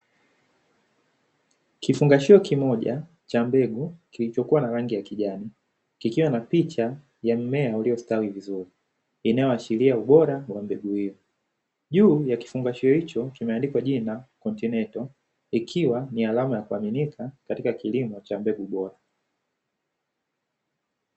Kifungashio kimoja cha mbegu kilichokuwa na rangi ya kijani, kikiwa na picha ya mmea uliostawi vizuri, inayoashiria ubora wa mbegu hiyo. Juu ya kifungashio hicho kimeandikwa jina "continental", ikiwa ni alama ya kuaminika katika kilimo cha mbegu bora.